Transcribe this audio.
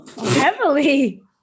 Heavily